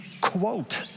quote